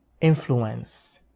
influence